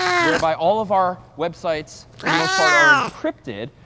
whereby all of our websites for the most part are encrypted.